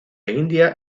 india